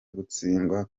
gutsindwa